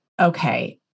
okay